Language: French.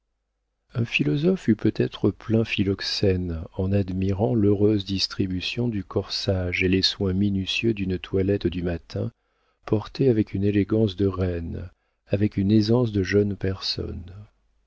un philosophe eût peut-être plaint philoxène en admirant l'heureuse distribution du corsage et les soins minutieux d'une toilette du matin portée avec une élégance de reine avec une aisance de jeune personne